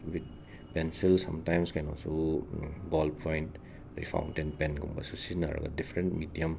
with pencil sometimes ꯀꯩꯅꯣꯁꯨ ball point ꯑꯗꯒꯤ ꯐꯥꯎꯟꯇꯦꯟ ꯄꯦꯟꯒꯨꯝꯕꯁꯨ ꯁꯤꯖꯤꯟꯅꯔꯒ ꯗꯤꯐꯔꯦꯟ ꯃꯤꯗ꯭ꯌꯝ